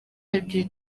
ebyiri